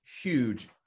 huge